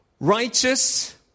righteous